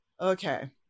Okay